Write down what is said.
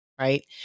right